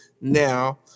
now